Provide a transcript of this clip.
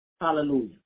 hallelujah